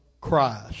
Christ